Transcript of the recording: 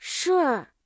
Sure